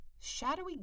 shadowy